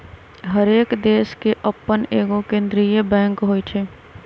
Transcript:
हरेक देश के अप्पन एगो केंद्रीय बैंक होइ छइ